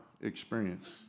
experience